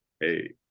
hey